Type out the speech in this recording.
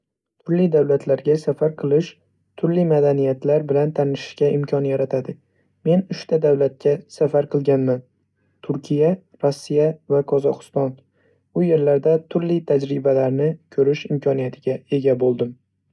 Turli davlatlarga safar qilish turli madaniyatlar bilan tanishishga imkon yaratadi. Men uchta davlatga safar qilganman: Turkiya, Rossiya va Qozog‘iston. U yerlarda turli tajribalarni ko‘rish imkoniyatiga ega bo‘ldim.